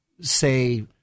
say